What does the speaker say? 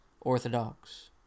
orthodox